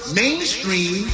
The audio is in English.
mainstream